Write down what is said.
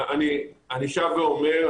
אני שב ואומר,